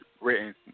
written